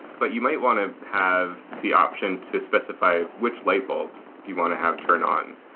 but you might want to have the option to specify which light bulbs you want to have turned on.